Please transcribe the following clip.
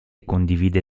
condivide